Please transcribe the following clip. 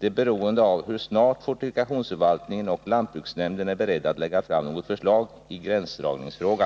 Den är beroende av hur snart fortifikationsförvaltningen och lantbruksnämnden är beredda att lägga fram något förslag i gränsdragningsfrågan.